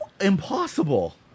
impossible